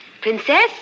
Princess